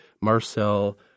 Marcel